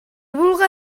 vulga